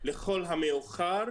לכל המאוחר,